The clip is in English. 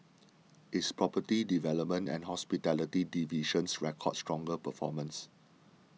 its property development and hospitality divisions recorded stronger performances